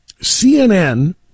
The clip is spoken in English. CNN